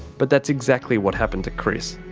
but that's exactly what happened to chris.